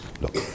look